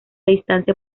distancia